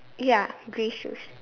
ya grey shoes